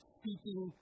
speaking